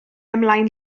ymlaen